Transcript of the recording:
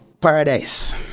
Paradise